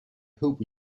hope